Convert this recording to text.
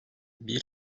bir